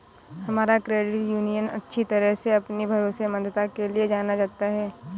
हमारा credit union अच्छी तरह से अपनी भरोसेमंदता के लिए जाना जाता है